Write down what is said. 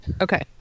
Okay